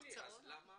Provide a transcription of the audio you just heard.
לכן